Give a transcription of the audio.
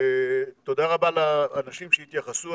תודה רבה לאנשים שהתייחסו,